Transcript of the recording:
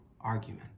argument